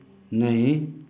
नहीं